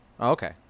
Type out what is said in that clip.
okay